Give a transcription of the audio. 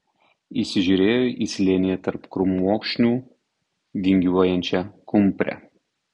įsižiūrėjo į slėnyje tarp krūmokšnių vingiuojančią kumprę